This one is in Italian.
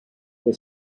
che